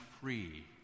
free